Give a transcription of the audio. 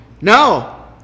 No